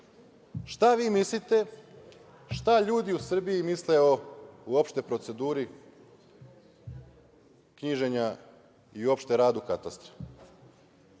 vi mislite šta ljudi u Srbiji misle uopšte o proceduri knjiženja i uopšte radu Katastra?